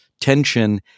tension